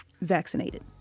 vaccinated